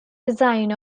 design